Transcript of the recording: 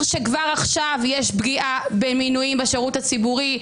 שכבר עכשיו יש פגיעה במינויים בשירות הציבורי.